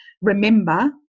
remember